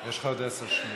יש לך עוד עשר שניות.